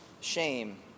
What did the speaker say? shame